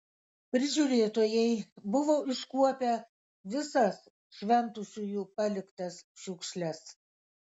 prižiūrėtojai buvo iškuopę visas šventusiųjų paliktas šiukšles